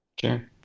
Sure